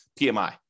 PMI